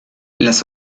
las